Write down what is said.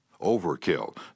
Overkill